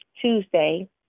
Tuesday